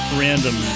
random